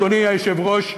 אדוני היושב-ראש,